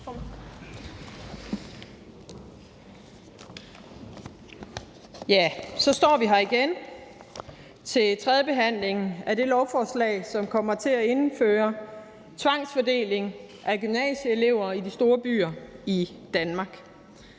Så står vi her igen til tredje behandling af det lovforslag, som kommer til at indføre tvangsfordeling af gymnasieelever i de store byer i Danmark.